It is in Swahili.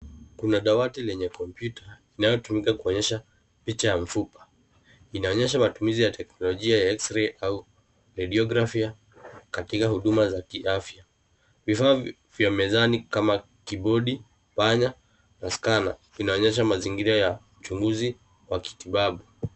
Kuna dawati lenye kompyuta inaotumika kwa kuonyesha picha ya mfupa. Inaonyesha matumizi ya teknolojia ya x-ray au radiografia katika huduma za kiafia. Vifaa vya mezani kama kibodi, panya na skana. Inaonyesha mazingira ya mchunguzi wa kitibabu.